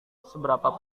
seberapa